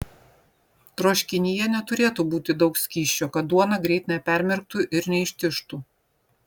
troškinyje neturėtų būti daug skysčio kad duona greit nepermirktų ir neištižtų